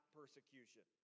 persecution